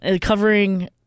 Covering